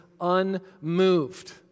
unmoved